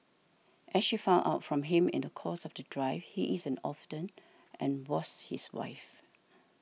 as she found out from him in the course of the drive he is an orphan and was his wife